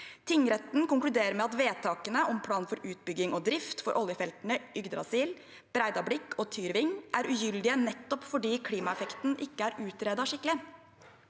Muntlig spørretime 2359 takene om plan for utbygging og drift for oljefeltene Yggdrasil, Breidablikk og Tyrving er ugyldige, nettopp fordi klimaeffekten ikke er utredet skikkelig.